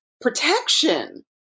protection